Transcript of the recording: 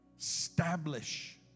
Establish